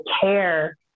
care